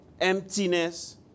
emptiness